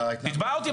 תתבע אותי,